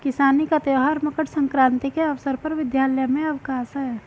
किसानी का त्यौहार मकर सक्रांति के अवसर पर विद्यालय में अवकाश है